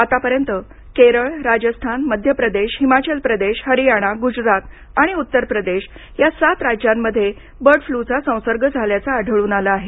आतापर्यंत केरळ राजस्थान मध्य प्रदेश हिमाचल प्रदेश हरियाणा गुजरात आणि उत्तर प्रदेश या सात राज्यांमध्ये या बर्ड फ्ल्यूचा संसर्ग झाल्याचं आढळून आलं आहे